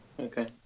Okay